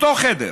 אותו חדר,